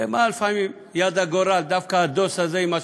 לפעמים יד הגורל, דווקא הדוס הזה, עם השחור-לבן,